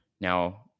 now